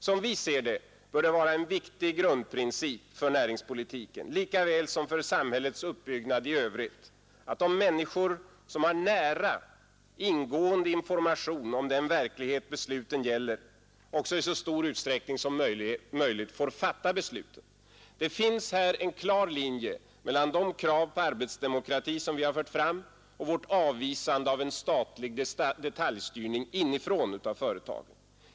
Som vi ser det bör det vara en viktig grundprincip för näringspolitiken lika väl som för samhällets uppbyggnad i övrigt att de människor som har nära och ingående information om den verklighet besluten gäller också i så stor utsträckning som möjligt får fatta besluten. Det finns här en klar linje i våra krav på arbetsdemokrati och vårt avvisande av en statlig detaljstyrning inifrån av företagen.